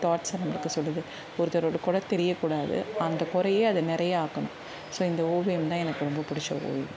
தாட்ஸ்ஸை நம்மளுக்கு சொல்லுது ஒருத்தரோட குறை தெரியக்கூடாது அந்த குறையை அது நிறையாக ஆக்கணும் ஸோ இந்த ஓவியம் தான் எனக்கு ரொம்ப பிடிச்ச ஒரு ஓவியம்